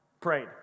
prayed